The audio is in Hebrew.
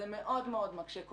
כל הדבר הזה מאוד מאוד מקשה.